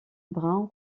bruns